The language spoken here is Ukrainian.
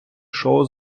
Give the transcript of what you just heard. шоу